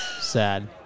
Sad